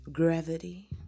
Gravity